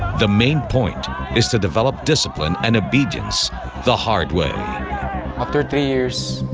the main point is to develop discipline and obedience the hard way after three years,